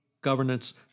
governance